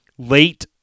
Late